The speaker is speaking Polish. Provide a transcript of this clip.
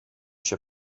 się